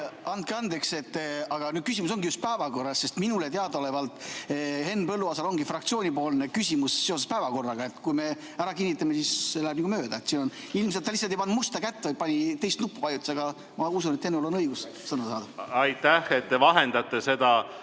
Andke andeks, aga küsimus ongi just päevakorras. Minule teadaolevalt Henn Põlluaasal on fraktsioonipoolne küsimus seoses päevakorraga. Kui me ära kinnitame, siis see võimalus läheb nagu mööda. Ilmselt ta lihtsalt ei pannud musta kätt, vaid vajutas teist nuppu. Aga ma usun, et Hennul on õigus sõna saada. Aitäh, et te vahendate seda!